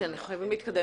כשרוצים להתקין